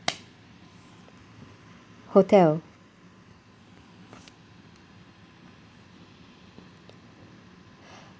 hotel